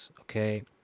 okay